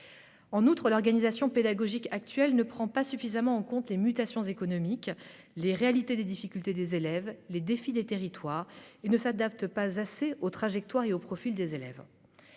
En outre, l'organisation pédagogique actuelle ne prend pas suffisamment en compte les mutations économiques, les réalités des difficultés des élèves et les défis du territoire. Elle ne s'adapte pas non plus suffisamment aux trajectoires et aux profils des élèves.